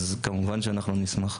אז כמובן שאנחנו נשמח.